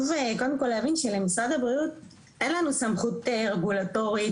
קודם כל להבין שלמשרד הבריאות אין לנו סמכות רגולטורית,